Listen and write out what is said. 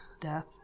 death